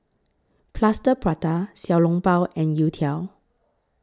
Plaster Prata Xiao Long Bao and Youtiao